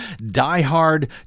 diehard